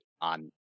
on